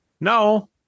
no